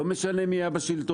לא משנה מי היה בשלטון,